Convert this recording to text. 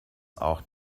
auch